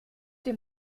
dem